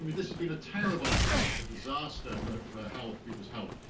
i mean this has been a terrible epidemic, a disaster for for health, people's health.